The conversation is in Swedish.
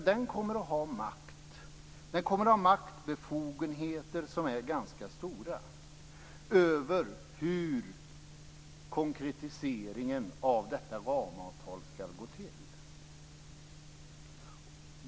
Den kommer att ha ganska stora maktbefogenheter över hur konkretiseringen av detta ramavtal skall gå till.